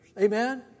Amen